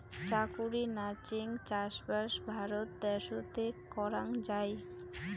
চাকুরি নাচেঙ চাষবাস ভারত দ্যাশোতে করাং যাই